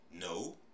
No